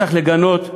צריך לגנות,